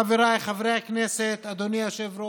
חבריי חברי הכנסת, אדוני היושב-ראש,